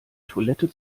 toilette